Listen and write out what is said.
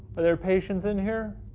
are their patients in here?